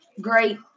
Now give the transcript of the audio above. great